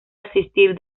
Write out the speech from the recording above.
asistir